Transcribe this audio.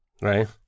Right